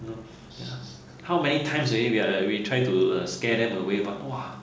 you know how many times already we are like we try to uh scare them away but !wah!